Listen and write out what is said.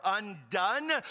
Undone